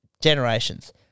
generations